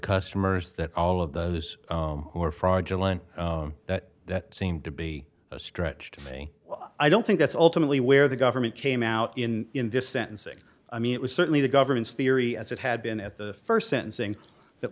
customers that all of those are fraudulent that that seemed to be a stretch to me i don't think that's ultimately where the government came out in in this sentencing i mean it was certainly the government's theory as it had been at the st sentencing that